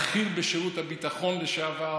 בכיר בשירות הביטחון לשעבר,